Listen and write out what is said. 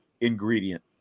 ingredient